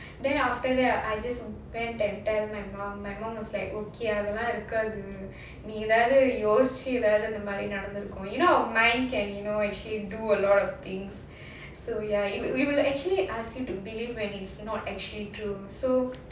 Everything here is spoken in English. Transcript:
then after that I just went and tell my mum my mum was like okay அதெல்லாம் இருக்காது நீ ஏதாவது யோசிச்சு அந்த மாதிரி நடந்திருக்கும்:adhellaam irukaathu nee edhavudhu yosichu andha madhiri nadandhirukum you know mind can you know actually do a lot of things so ya it it will actually ask you to believe when it's not actually true so